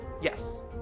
Yes